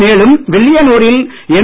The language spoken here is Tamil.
மேலும் வில்லியனூரில் எம்